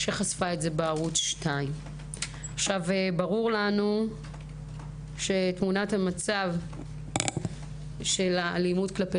שחשפה את זה בערוץ 2. ברור לנו שתמונת המצב של האלימות כלפי